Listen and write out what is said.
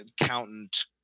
accountant